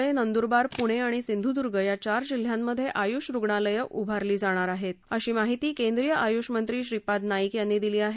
राज्यात धुळे नंदुरबार पुणे आणि सिंधुदुर्ग या चार जिल्ह्यांमध्ये आयुष रुग्णालय उभारली जाणार आहेत अशी माहिती केंद्रीय आयुषमंत्री श्रीपाद नाईक यांनी दिली आहे